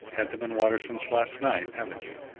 had them in water since last night, haven't you?